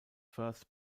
first